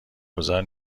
گذار